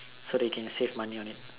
so that you can save money on it